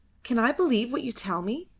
can i believe what you tell me?